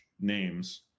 names